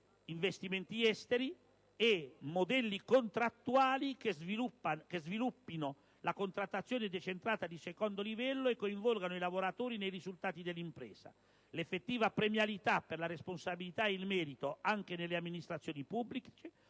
investimenti esteri, e modelli contrattuali che sviluppino la contrattazione decentrata di secondo livello e coinvolgano i lavoratori nei risultati dell'impresa; l'effettiva premialità per la responsabilità e il merito anche nelle amministrazioni pubbliche;